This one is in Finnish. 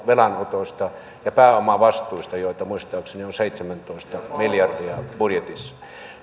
velanotoista ja pääomavastuista joita muistaakseni on seitsemäntoista miljardia budjetissa